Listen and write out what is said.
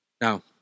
Now